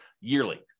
yearly